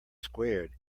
squared